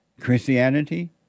Christianity